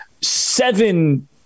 seven